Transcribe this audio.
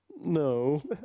no